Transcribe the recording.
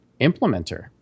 implementer